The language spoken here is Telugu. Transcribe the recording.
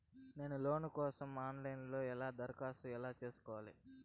నేను లోను కోసం ఆన్ లైను లో ఎలా దరఖాస్తు ఎలా సేసుకోవాలి?